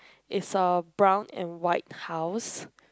is a brown and white house